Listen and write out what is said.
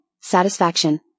satisfaction